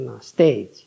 stage